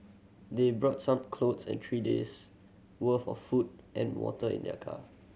they brought some clothes and three days' worth of food and water in their car